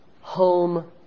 home